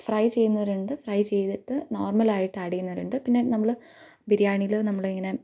fry ചെയ്യുന്നവരുണ്ട് fry ചെയ്തിട്ട് നോർമ്മലായിട്ട് ആഡ് ചെയ്യുന്നവരുണ്ട് പിന്നെ നമ്മള് ബിരിയാനിയിലിങ്ങനെ